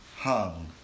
Hung